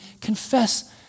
confess